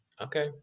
okay